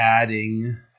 adding